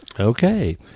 Okay